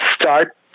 start